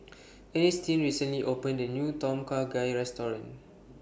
Earnestine recently opened A New Tom Kha Gai Restaurant